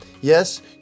Yes